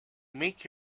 make